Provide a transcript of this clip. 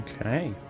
Okay